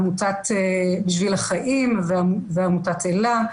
עמותת בשביל החיים ועמותת אלה,